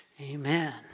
Amen